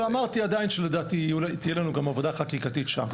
ואמרתי שלדעתי תהיה לנו גם עבודה חקיקתית שם.